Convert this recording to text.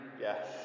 Yes